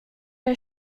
jag